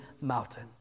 mountain